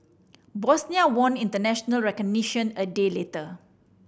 Bosnia won international recognition a day later